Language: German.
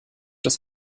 das